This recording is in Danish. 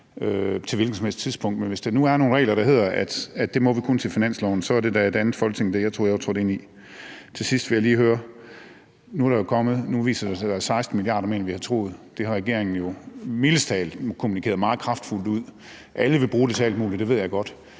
Men hvis der nu er nogle regler, hvor der står, at det må vi kun til finansloven, så er det da et andet Folketing end det, jeg troede jeg var trådt ind i. Til sidst vil jeg lige høre: Nu viser det sig, at der er 16 mia. kr. mere, end vi har troet. Det har regeringen jo mildest talt kommunikeret meget kraftfuldt ud. Alle vil bruge pengene til alt muligt, det ved jeg godt,